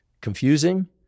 confusing